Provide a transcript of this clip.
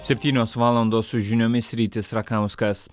septynios valandos su žiniomis rytis rakauskas